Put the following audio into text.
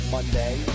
Monday